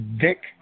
dick